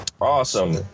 awesome